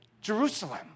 Jerusalem